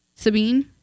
Sabine